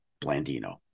Blandino